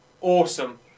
Awesome